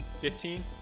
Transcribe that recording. Fifteen